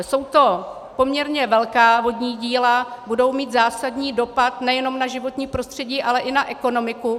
Jsou to poměrně velká vodní díla, budou mít zásadní dopad nejenom na životní prostředí, ale i na ekonomiku.